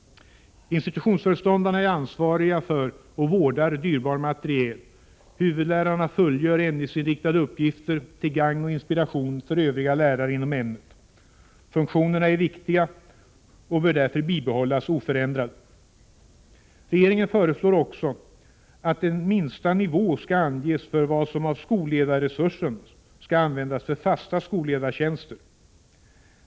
Institutionsföreståndarna är ansvariga för och vårdar dyrbar materiel. Huvudlärarna fullgör ämnesinriktade uppgifter till gagn och inspiration för övriga lärare inom ämnet. Funktionerna är viktiga och bör därför bibehållas oförändrade. Regeringen föreslår också att en minsta nivå skall anges för vad som av skolledarresursen skall användas för fasta skolledartjänster.